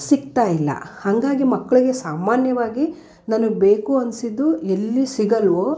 ಸಿಗ್ತಾಯಿಲ್ಲ ಹಾಗಾಗಿ ಮಕ್ಕಳಿಗೆ ಸಾಮನ್ಯವಾಗಿ ನನಗೆ ಬೇಕು ಅನ್ನಿಸಿದ್ದು ಎಲ್ಲಿ ಸಿಗಲ್ವೋ